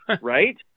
right